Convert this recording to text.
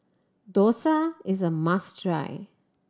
dosa is a must try